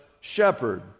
shepherd